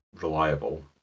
reliable